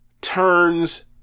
turns